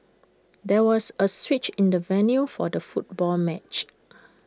there was A switch in the venue for the football match